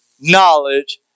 knowledge